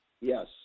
yes